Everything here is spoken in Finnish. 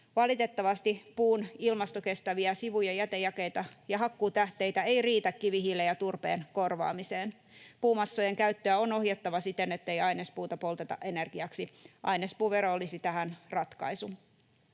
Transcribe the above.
Valitettavasti puun ilmastokestäviä sivu- ja jätejakeita ja hakkuutähteitä ei riitä kivihiilen ja turpeen korvaamiseen. Puumassojen käyttöä on ohjattava siten, ettei ainespuuta polteta energiaksi. Ainespuuvero olisi tähän ratkaisu.